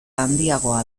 handiagoa